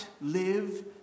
live